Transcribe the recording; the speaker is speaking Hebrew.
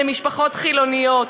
עם משפחות חילוניות.